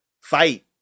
fight